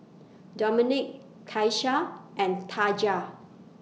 Domenic Tyesha and Taja